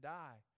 die